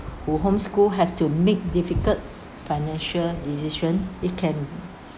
who home school have to make difficult financial decision it can